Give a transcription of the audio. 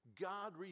God